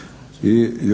Hvala